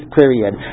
period